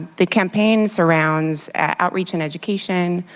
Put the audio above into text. the campaign surrounds outreach and education,